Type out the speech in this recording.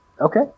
Okay